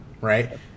right